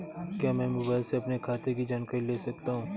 क्या मैं मोबाइल से अपने खाते की जानकारी ले सकता हूँ?